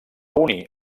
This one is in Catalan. unir